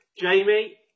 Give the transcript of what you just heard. Jamie